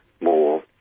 more